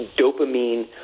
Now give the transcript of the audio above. dopamine